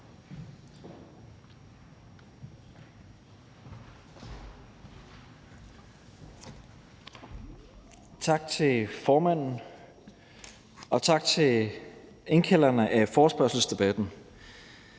Tak til formanden, og tak til indkalderne af forespørgselsdebatten.